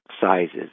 sizes